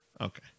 Okay